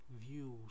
views